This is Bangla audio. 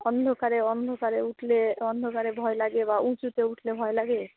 অন্ধকারে অন্ধকারে উঠলে অন্ধকারে ভয় লাগে বা উঁচুতে উঠলে ভয় লাগে